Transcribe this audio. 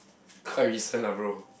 quite recent lah bro